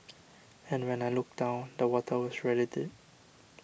and when I looked down the water was really deep